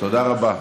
תודה רבה.